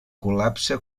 col·lapse